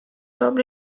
toob